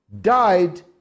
died